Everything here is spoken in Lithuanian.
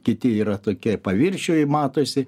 kiti yra tokie paviršiuj matosi